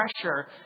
pressure